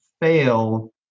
fail